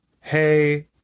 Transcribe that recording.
hey